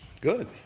Good